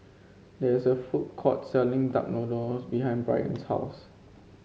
there is a food court selling Duck Noodles behind Bryant's house